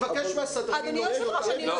אני מבקש מהסדרנים להוציא אותה.